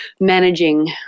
managing